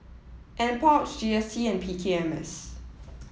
N Park G S C and P K M S